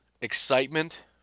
excitement